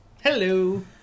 Hello